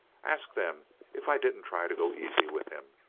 ask them if i didn't try to go easy with him.